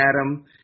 Adam